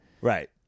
Right